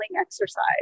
exercise